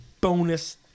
bonus